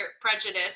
Prejudice